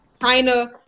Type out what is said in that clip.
China